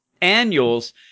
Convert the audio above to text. annuals